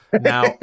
Now